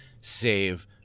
save